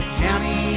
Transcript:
county